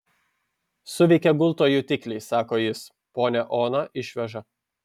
suveikė gulto jutikliai sako jis ponią oną išveža